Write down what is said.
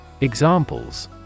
Examples